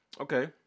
Okay